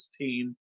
2016